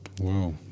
Wow